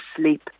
sleep